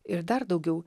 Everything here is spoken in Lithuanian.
ir dar daugiau